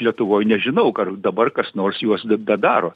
lietuvoj nežinau kur dabar kas nors juos bedaro